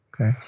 Okay